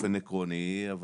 באופן עקרוני.